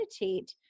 meditate